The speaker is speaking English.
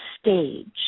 stage